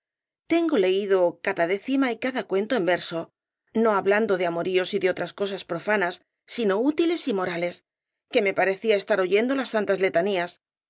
tengo leído cada décima y cada cuento en verso no hablando de amoríos y de otras cosas profanas sino útiles y morales que me parecía estar oyendo las santas letanías